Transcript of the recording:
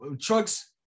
trucks